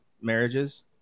marriages